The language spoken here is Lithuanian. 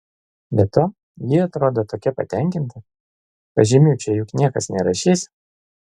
be to ji atrodo tokia patenkinta pažymių čia juk niekas nerašys